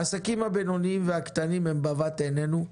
העסקים הבינוניים והקטנים הם בבת עינינו,